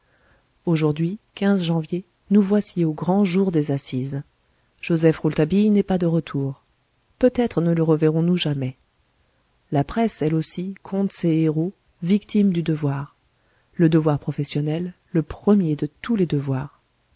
ujourdhui janvier nous voici au grand jour des assises joseph rouletabille n'est pas de retour peut-être ne le reverrons-nous jamais la presse elle aussi compte ses héros victimes du devoir le devoir professionnel le premier de tous les devoirs